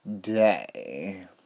day